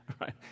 Right